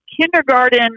kindergarten